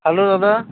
hello দাদা